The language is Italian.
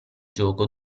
gioco